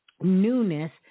newness